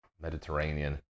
Mediterranean